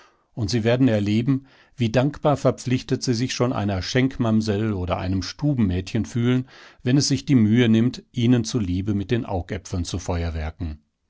und sie werden erleben wie dankbar verpflichtet sie sich schon einer schenkmamsell oder einem stubenmädchen fühlen wenn es sich die mühe nimmt ihnen zuliebe mit den augäpfeln zu feuerwerken